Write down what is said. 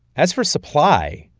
as for supply,